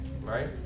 right